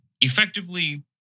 effectively